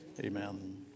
Amen